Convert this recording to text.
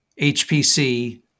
HPC